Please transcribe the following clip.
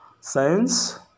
science